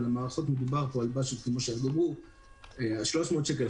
אבל מדובר על מערכות שיעלו 300 שקל,